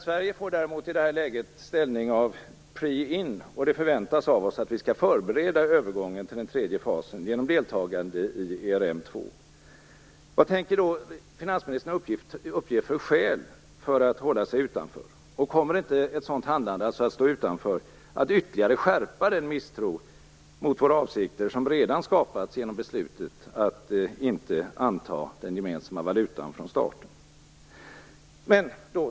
Sverige får däremot i det läget ställning av pre-in-stat, och det förväntas av oss att vi skall förbereda övergången till den tredje fasen genom deltagande i ERM2. Vad tänker då finansministern uppge för skäl för att hålla sig utanför, och kommer inte att sådant handlande, dvs. att stå utanför, att ytterligare skärpa den misstro mot våra avsikter som redan skapats genom beslutet att inte anta den gemensamma valutan från start?